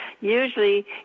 usually